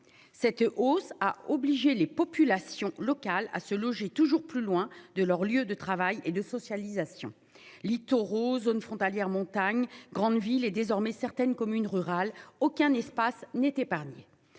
Cette hausse a obligé les populations locales à se loger toujours plus loin de leur lieu de travail et de socialisation littoraux zone frontalière montagne grande ville est désormais certaines communes rurales, aucun espace n'est épargné.